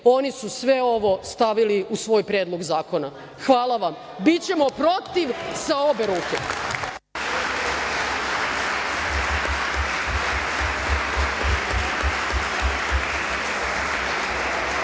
oni su sve ovo stavili u svoj predlog zakona. Hvala vam. Bićemo protiv sa obe ruke.